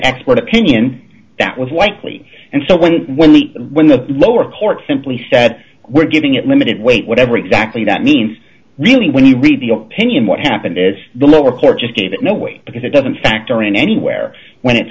expert opinion that was whitely and so when when the when the lower court simply said we're giving it limited weight whatever exactly that means really when you read the opinion what happened is the lower court just gave it no weight because it doesn't factor in anywhere when it